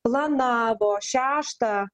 planavo šeštą